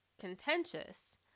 contentious